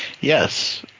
Yes